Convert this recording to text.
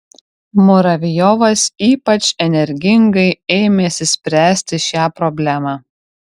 muravjovas ypač energingai ėmėsi spręsti šią problemą